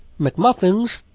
McMuffins